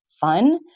fun